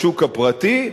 לשוק הפרטי,